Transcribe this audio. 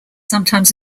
sometimes